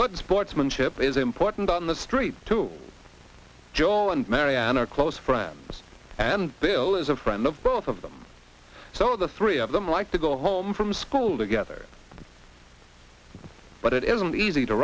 good sportsmanship is important on the street to joe and mary ann are close friends and bill is a friend of both of them so the three of them like to go home from school together but it isn't easy to